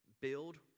build